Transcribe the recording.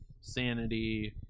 Sanity